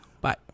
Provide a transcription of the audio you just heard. Bye